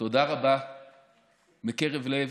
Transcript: תודה רבה מקרב לב,